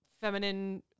feminine